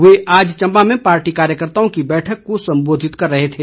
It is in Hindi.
वे आज चंबा में पार्टी कार्यकर्ताओं की बैठक को सम्बोधित कर रहे थे